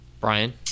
Brian